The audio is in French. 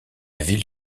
ville